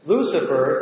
Lucifer